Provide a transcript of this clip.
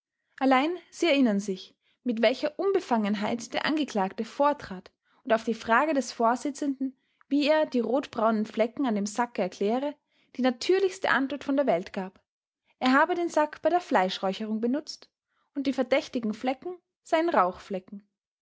allein sie erinnern sich mit welcher unbefangenheit der angeklagte vortrat und auf die frage des vorsitzenden wie er die rotbraunen flecke an dem sack erkläre die natürlichste antwort von der welt gab er habe den sack bei der fleischräucherung benutzt und die verdächtigen flecken seien